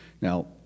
Now